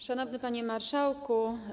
Szanowny Panie Marszałku!